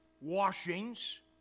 washings